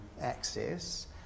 access